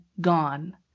gone